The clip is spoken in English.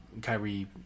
Kyrie